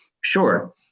sure